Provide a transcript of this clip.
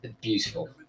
Beautiful